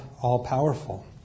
all-powerful